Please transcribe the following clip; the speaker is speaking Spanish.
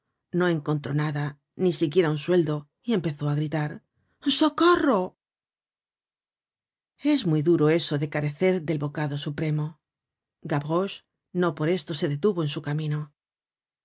no encontró nada ni siquiera un sueldo y empezó á gritar socorro es muy duro eso de carecer del bocado supremo gavroche no por esto se detuvo en su camino